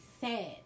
sad